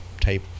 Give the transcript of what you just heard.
type